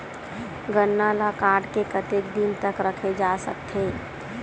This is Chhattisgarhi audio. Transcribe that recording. गन्ना ल काट के कतेक दिन तक रखे जा सकथे?